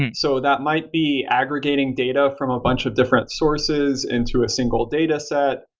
and so that might be aggregating data from a bunch of different sources into a single dataset,